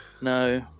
No